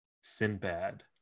Sinbad